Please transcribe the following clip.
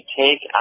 take